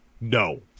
No